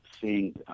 seeing